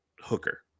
Hooker